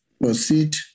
proceed